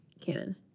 canon